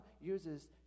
uses